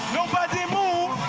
nobody move.